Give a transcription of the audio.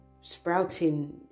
sprouting